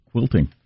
Quilting